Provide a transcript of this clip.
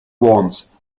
wants